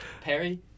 Perry